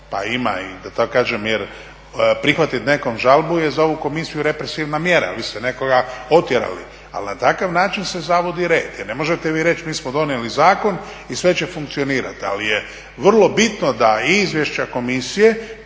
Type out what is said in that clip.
pa ima i da tako kažem jer prihvatiti nekom žalbu je za ovu komisiju represivna mjera, vi ste nekoga otjerali, ali na takav način se zavodi red. Jer ne možete vi reći mi smo donijeli zakon i sve će funkcionirati. Ali je vrlo bitno da i izvješća komisije